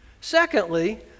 Secondly